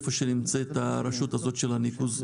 איפה שנמצאת רשות הניקוז הזאת,